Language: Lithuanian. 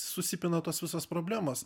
susipina tos visos problemos